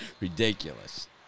Ridiculous